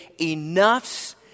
enough's